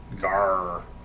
Gar